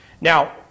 Now